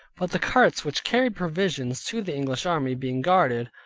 but the carts which carried provision to the english army, being guarded,